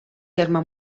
terme